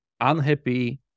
unhappy